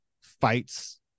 fights